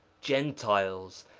gentiles,